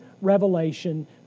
Revelation